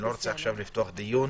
אני לא רוצה עכשיו לפתוח דיון